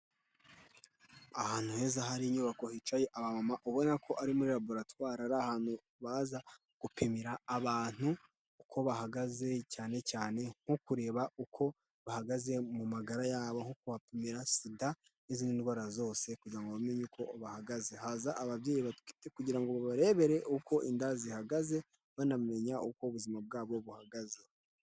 Ahantu heza hari inyubako hicaye aba mama ubona ko ari muri laboratwari ari ahantu baza gupimira abantu uko bahagaze cyane cyane nko kureba uko bahagaze mu magara yabo, nko kuhapimira SIDA n'izindi ndwara zose kugira ngo bamenye uko bahagaze, haza ababyeyi batwite kugira ngo babarebere uko inda zihagaze banamenya uko ubuzima bwabo buhagaze.